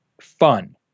fun